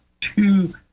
two